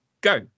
go